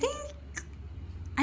think I